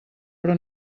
però